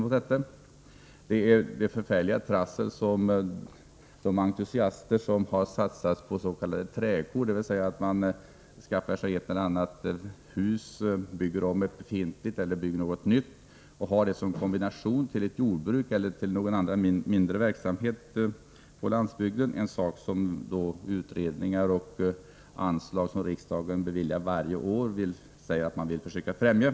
Vi har också tagit upp det förfärliga trassel som drabbar de entusiaster som har satsat på s.k. träkor, dvs. dem som på ett eller annat sätt skaffar sig ett hus — de bygger om ett befintligt hus eller bygger ett nytt — som de har i kombination med ett jordbruk eller någon annan, mindre verksamhet på landsbygden. Det är en verksamhet som man i utredningar och genom de anslag som riksdagen beviljar varje år säger att man vill försöka främja.